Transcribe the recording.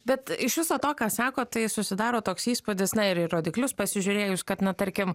bet iš viso to ką sakot tai susidaro toks įspūdis na ir į rodiklius pasižiūrėjus kad na tarkim